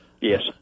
Yes